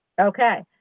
Okay